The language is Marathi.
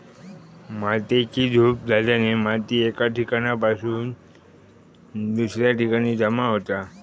मातेची धूप झाल्याने माती एका ठिकाणासून दुसऱ्या ठिकाणी जमा होता